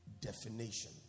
definition